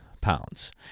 pounds